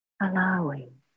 allowing